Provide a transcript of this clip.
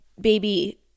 baby